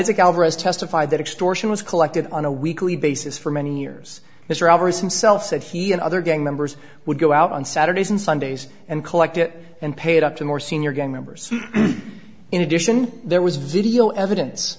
isaac alvarez testified that extortion was collected on a weekly basis for many years mr alvarez himself said he and other gang members would go out on saturdays and sundays and collect it and pay it up to more senior gang members in addition there was video evidence